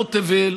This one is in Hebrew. במעצמות תבל,